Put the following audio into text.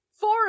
four